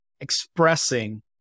expressing